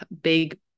Big